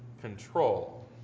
control